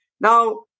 Now